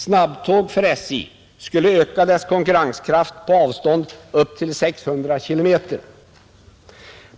Snabbtåg för SJ skulle öka företagets konkurrenskraft på avstånd upp till 600 km.